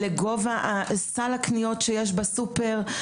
לגובה סל הקניות שיש בסופר,